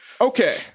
Okay